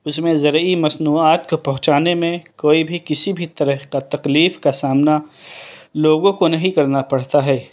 اس میں زرعی مصنوعات کو پہنچانے میں کوئی بھی کسی بھی طرح کا تکلیف کا سامنا لوگوں کو نہیں کرنا پڑتا ہے